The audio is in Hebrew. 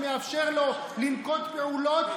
שמאפשר לו לנקוט פעולות,